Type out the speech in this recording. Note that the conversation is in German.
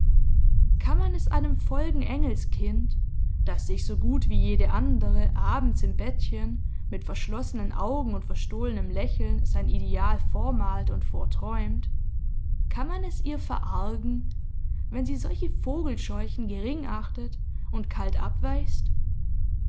kann man es einem folgen engelskind das sich so gut wie jede andere abends im bettchen mit verschlossenen augen und verstohlenem lächeln sein ideal vormalt und vorträumt kann man es ihr verargen wenn sie solche vogelscheuchen gering achtet und kalt abweist